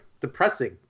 depressing